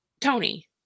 Tony